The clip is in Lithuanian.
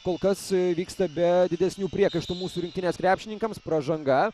kol kas vyksta be didesnių priekaištų mūsų rinktinės krepšininkams pražanga